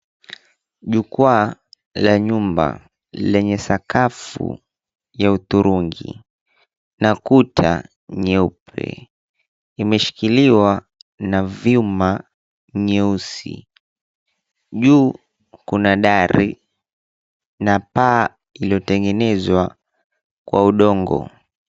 Jukwaa la nyumba lenye sakafu ya hudhurungi na kuta nyeupe imeshikiliwa na vyuma nyeusi. Juu kuna dari na paa iliyotengenezwa kwa udongo.